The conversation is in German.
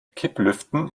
kipplüften